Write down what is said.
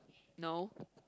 no